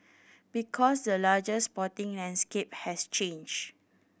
because the larger sporting landscape has changed